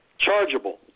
chargeable